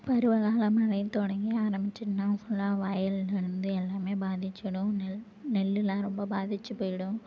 பருவ கால மழை தொடங்கி ஆரம்பித்ததுனா ஃபுல்லாக வயல்லேருந்து எல்லாமே பாதித்துடும் நெல் நெல்லுலாம் ரொம்ப பாதித்து போய்விடும்